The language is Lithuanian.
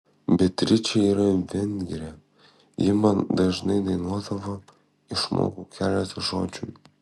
beatričė yra vengrė ji man dažnai dainuodavo išmokau keletą žodžių